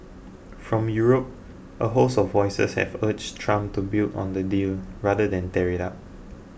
from Europe a host of voices have urged Trump to build on the deal rather than tear it up